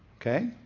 Okay